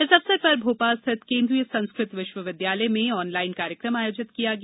इस अवसर पर भोपाल स्थित केन्द्रीय संस्कृत विश्वविद्यालय में ऑनलाइन कार्यक्रम आयोजित किया गया